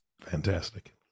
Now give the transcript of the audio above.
Fantastic